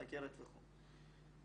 סכרת וכו'.